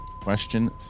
question